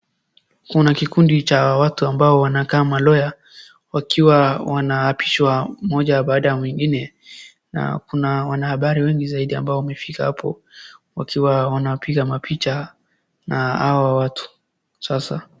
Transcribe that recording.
Kuna kikundi cha watu ambao wanakaa ma lawyer wakiwa wanaapishwa moja baada ya mwingine. Na kuna wanahabari wengi zaidi ambao wamefika hapo wakiwa wanapiga mapicha na hawa watu sasa.